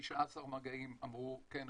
כ-19 מגעים אמרו: כן,